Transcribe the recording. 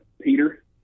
Peter